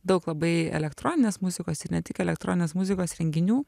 daug labai elektroninės muzikos ir ne tik elektroninės muzikos renginių